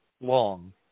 long